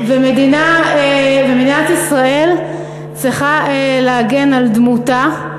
ומדינת ישראל צריכה להגן על דמותה,